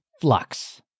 flux